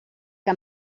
que